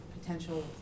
potential